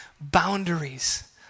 boundaries